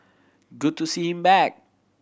good to see him back